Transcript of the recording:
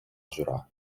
жура